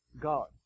God